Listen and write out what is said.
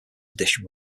addition